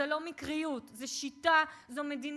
זו לא מקריות, זו שיטה, זו מדיניות.